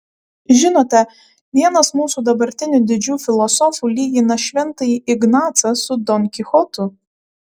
žinote vienas mūsų dabartinių didžių filosofų lygina šventąjį ignacą su don kichotu